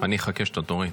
אני אחכה שתוריד.